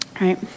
right